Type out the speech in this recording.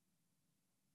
נגד מכלוף מיקי זוהר,